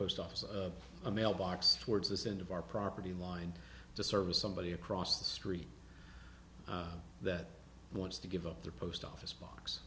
post office of a mailbox towards this end of our property line to service somebody across the street that wants to give up the post office box